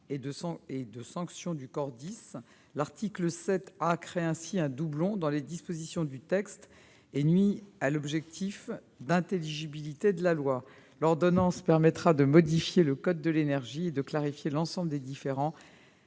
ces procédures. L'article 7 A créé ainsi un doublon dans les dispositions du texte et nuit à l'intelligibilité de la loi. L'ordonnance permettra de modifier le code de l'énergie et de clarifier l'ensemble des différentes